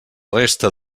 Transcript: resta